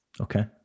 Okay